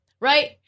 Right